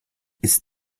ist